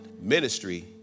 ministry